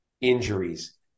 injuries